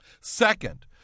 Second